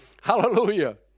hallelujah